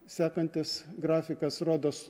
sekantis grafikas rodos